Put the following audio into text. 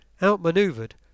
outmanoeuvred